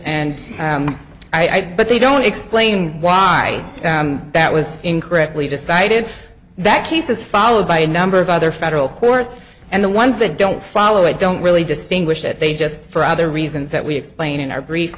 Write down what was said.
and i but they don't explain why that was incorrectly decided that cases followed by a number of other federal courts and the ones that don't follow it don't really distinguish it they just for other reasons that we explain in our brief